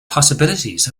possibilities